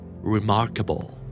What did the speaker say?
Remarkable